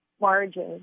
margins